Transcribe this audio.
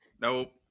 Nope